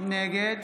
נגד